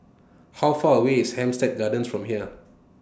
How Far away IS Hampstead Gardens from here